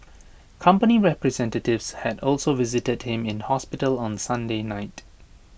company representatives had also visited him in hospital on Sunday night